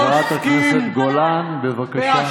חברת הכנסת גולן, בבקשה.